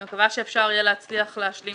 אני מקווה שאפשר יהיה להצליח להשלים